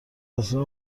اصلا